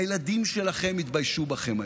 הילדים שלכם יתביישו בכם היום.